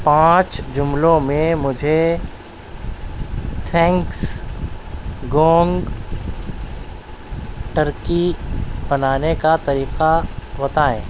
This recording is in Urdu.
پانچ جملوں میں مجھے تھینکس گونگ ٹرکی بنانے کا طریقہ بتائیں